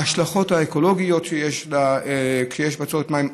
ההשלכות האקולוגיות שיש כשיש בצורת מים.